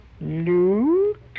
Luke